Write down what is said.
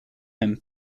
him